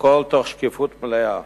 והכול בשקיפות מלאה,